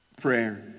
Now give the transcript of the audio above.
prayer